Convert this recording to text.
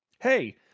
Hey